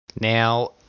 Now